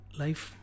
life